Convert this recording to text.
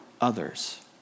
others